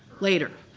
later.